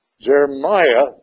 Jeremiah